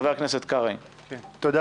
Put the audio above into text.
חבר הכנסת קרעי ואחריו,